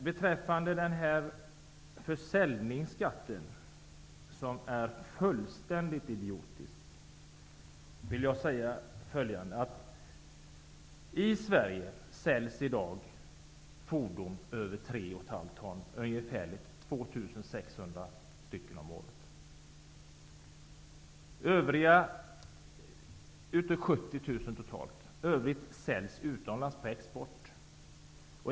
Beträffande försäljningsskatten, som är fullständigt idiotisk, vill jag säga följande. Av totalt 70 000 fordon över 3,5 ton säljs årligen ungefär 2 600 i Sverige. De övriga säljs utomlands på export.